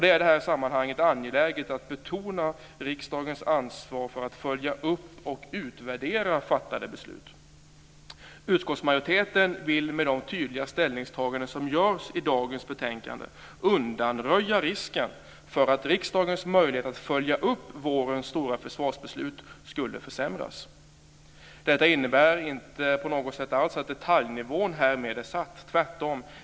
Det är i detta sammanhang angeläget att betona riksdagens ansvar för att följa upp och utvärdera fattade beslut. Utskottsmajoriteten vill med de tydliga ställningstaganden som görs i dagens betänkande undanröja risken för att riksdagens möjligheter att följa upp vårens stora försvarsbeslut försämras. Detta innebär alls inte att detaljnivån härmed är satt - tvärtom.